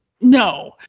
no